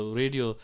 radio